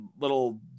little